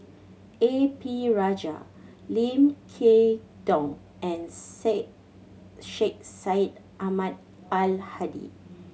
A P Rajah Lim Kay Tong and Syed Sheikh Syed Ahmad Al Hadi